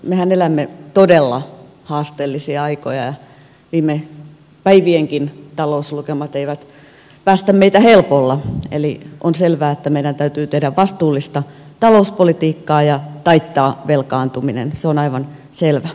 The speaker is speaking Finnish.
mehän elämme todella haasteellisia aikoja ja viime päivienkään talouslukemat eivät päästä meitä helpolla eli on selvää että meidän täytyy tehdä vastuullista talouspolitiikkaa ja taittaa velkaantuminen se on aivan selvä